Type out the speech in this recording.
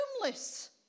homeless